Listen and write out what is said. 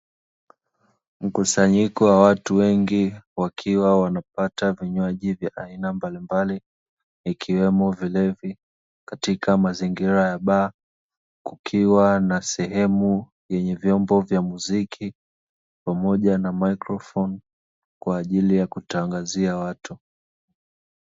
Mkusanyiko wa watu wengi wakiwa wanapata vinywaji vya aina mbalimbali, vikiwemo vilevi katika mazingira ya baa. Kukiwa na sehemu yenye vyombo vya muziki, pamoja na mikrofoni kwa ajili ya kutangazia watu.